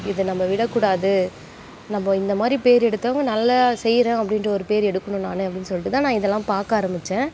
இதை நம்ம விடக்கூடாது நம்ம இந்த மாதிரி பேர் எடுத்தவங்க நல்லா செய்கிறோம் அப்படின்ற ஒரு பேர் எடுக்கணும் நான் அப்படின்னு சொல்லிட்டு தான் நான் இதெல்லாம் பார்க்க ஆரம்பித்தேன்